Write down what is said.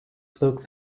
spoke